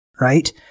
right